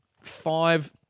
five